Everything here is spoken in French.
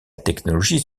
technologie